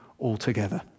altogether